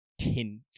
tint